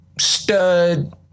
stud